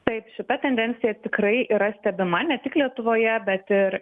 taip šita tendencija tikrai yra stebima ne tik lietuvoje bet ir